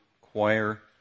choir